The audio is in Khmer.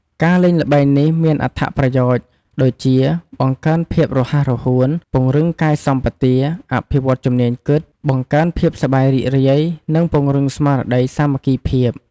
ការលេងល្បែងនេះមានអត្ថប្រយោជន៍ដូចជា បង្កើនភាពរហ័សរហួន ពង្រឹងកាយសម្បទា អភិវឌ្ឍជំនាញគិត បង្កើតភាពសប្បាយរីករាយនិងពង្រឹងស្មារតីសាមគ្គីភាព។